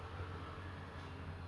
mm